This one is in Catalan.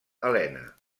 elena